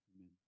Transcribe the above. Amen